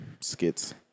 skits